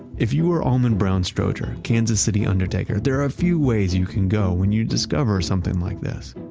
if you were almon brown strowger, kansas city undertaker there are a few ways you can go when you discover something like this.